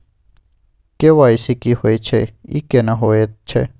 KYC की होय छै, ई केना होयत छै?